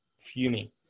fuming